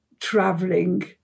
traveling